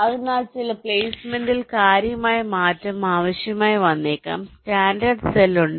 അതിനാൽ ചില പ്ലെയ്സ്മെന്റിൽ കാര്യമായ മാറ്റം ആവശ്യമായി വന്നേക്കാം സ്റ്റാൻഡേർഡ് സെല്ലുണ്ട്